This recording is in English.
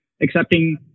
accepting